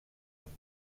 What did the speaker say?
amb